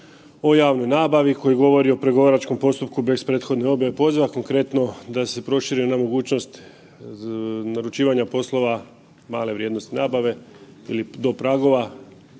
o javnoj nabavi koji govori o pregovaračkom postupku bez prethodne objave, poziva konkretno da se proširi ona mogućnost naručivanja poslova male vrijednosti nabave ili do pragova